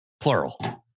Plural